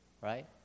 right